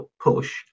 push